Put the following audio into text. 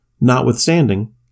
notwithstanding